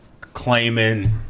claiming